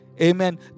Amen